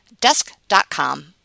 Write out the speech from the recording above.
desk.com